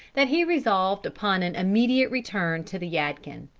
that he resolved upon an immediate return to the yadkin.